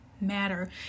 matter